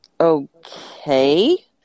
okay